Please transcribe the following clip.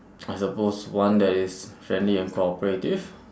I suppose one that is friendly and cooperative